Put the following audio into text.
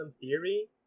theory